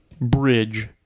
Bridge